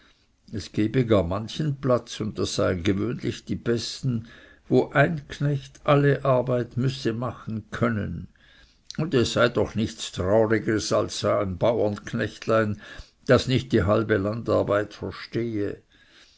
es gebe gar manchen platz und das seien gewöhnlich die besten wo ein knecht alle arbeit müsse machen können und es sei doch nichts traurigers als so ein baurenknechtlein das nicht die halbe landarbeit verstehe